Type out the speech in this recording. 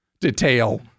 detail